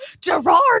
Gerard